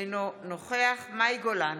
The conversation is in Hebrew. אינו נוכח מאי גולן,